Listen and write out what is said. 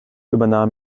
übernahm